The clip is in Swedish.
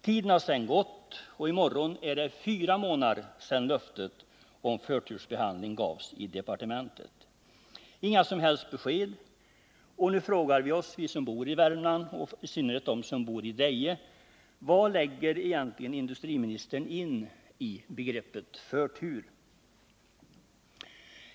Tiden har sedan gått, och i morgon är det fyra månader sedan löftet om förtursbehandling gavs i departementet. Inga som helst besked har kommit, och nu frågar vi som bor i Värmland och i synnerhet de som bor i Deje: Vad lägger industriministern egentligen in i begreppet förtur?